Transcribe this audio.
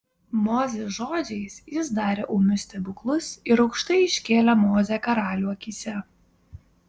mozės žodžiais jis darė ūmius stebuklus ir aukštai iškėlė mozę karalių akyse